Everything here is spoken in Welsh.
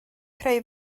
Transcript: creu